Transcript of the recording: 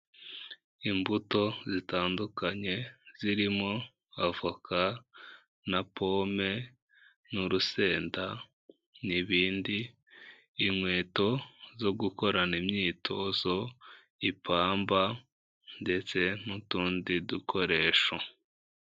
Imbuto zitandukanye zirimo avoka na pome n'urusenda n'ibindi, inkweto zo gukorana imyitozo, ipamba ndetse n'utundi dukoresho.